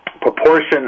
proportion